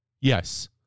yes